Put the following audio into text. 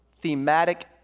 thematic